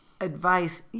Advice